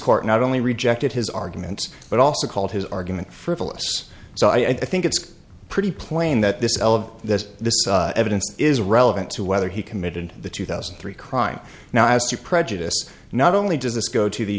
court not only rejected his arguments but also called his argument frivolous so i think it's pretty plain that this all of this evidence is relevant to whether he committed the two thousand and three crime now as to prejudice not only does this go to the